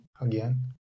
again